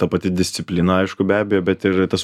ta pati disciplina aišku be abejo bet ir tas